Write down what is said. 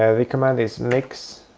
ah the command is mix